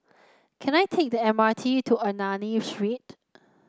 can I take the M R T to Ernani Street